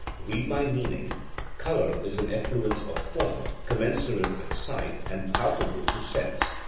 read my meaning colour is an effluence of form, commensurate with sight, and palpable to sense.